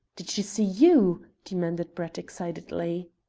did she see you? demanded brett excitedly.